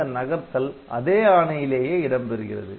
இந்த நகர்த்தல் அதே ஆணையிலேயே இடம்பெறுகிறது